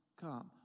come